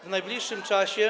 w najbliższym czasie.